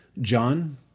John